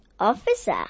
Officer